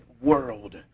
world